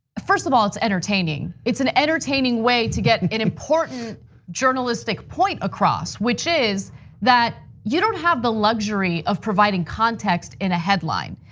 first of all, it's entertaining. it's an entertaining way to get an important journalistic point across which is that you don't have the luxury of providing context in a headline.